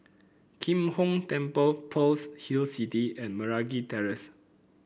Kim Hong Temple Pearl's Hill City and Meragi Terrace